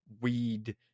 weed